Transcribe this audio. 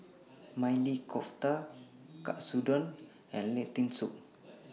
Maili Kofta Katsudon and Lentil Soup